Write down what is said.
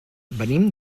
venim